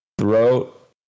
throat